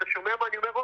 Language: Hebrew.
אתה שומע מה אני אומר?